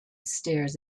stairs